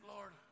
Lord